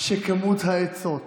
כמות העצות